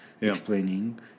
explaining